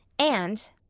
and,